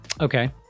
Okay